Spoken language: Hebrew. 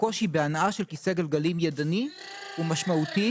הקושי בהנעה של כיסא גלגלים ידני הוא משמעותי